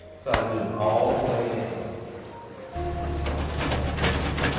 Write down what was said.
so i zoomed all the way down and it was fucking somerset, kentucky.